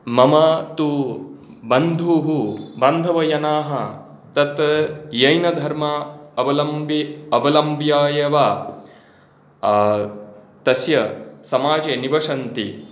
मम तु बन्धुः बान्धवजनाः तत् जैनधर्म अवलम्भ्य एव तस्य समाजे निवसन्ति